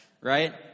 right